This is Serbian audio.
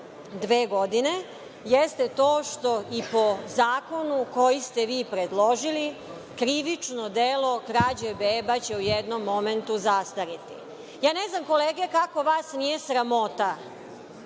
dve godine, jeste to što i po zakonu koji ste vi predložili krivično delo krađe beba će u jednom momentu zastariti. Ne znam kolege kako vas nije sramota